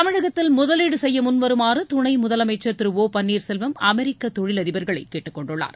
தமிழகத்தில் முதலீடு செய்ய முன்வருமாறு துணை முதலமைச்சர் திரு ஒ பன்னீர்செல்வம் அமெரிக்க தொழிலதிபர்களை கேட்டுக்கொண்டுள்ளார்